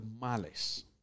malice